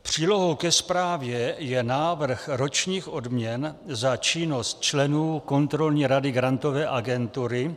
Přílohou ke zprávě je návrh ročních odměn za činnost členů kontrolní rady Grantové agentury.